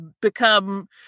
become